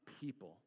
people